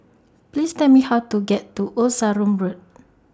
Please Tell Me How to get to Old Sarum Road